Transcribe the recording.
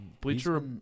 Bleacher